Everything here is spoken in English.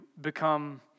become